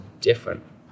different